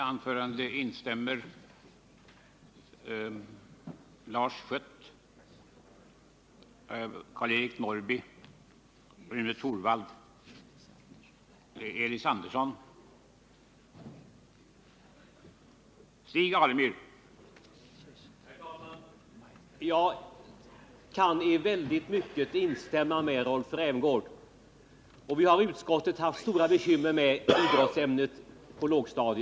Herr talman! Jag kan i mycket instämma med Rolf Rämgård. Vi har i Tisdagen den utskottet haft stora bekymmer med idrottsämnet på lågstadiet.